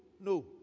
No